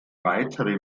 weitere